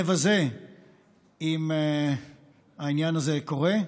מבזה אם העניין הזה קורה,